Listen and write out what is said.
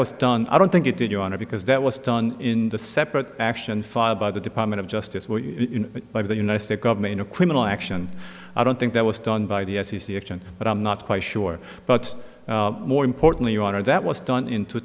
was done i don't think it did your honor because that was done in the separate action filed by the department of justice by the united states government in a criminal action i don't think that was done by the i c c action but i'm not quite sure but more importantly you are that was done in two